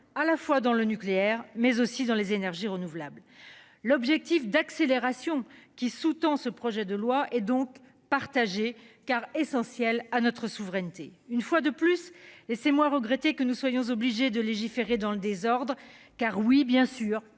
à la fois dans le nucléaire, mais aussi dans les énergies renouvelables. L'objectif d'accélération qui sous-tend ce projet de loi et donc partagé car essentiels à notre souveraineté une fois de plus et ses moins regretté que nous soyons obligés de légiférer dans le désordre. Car oui, bien sûr,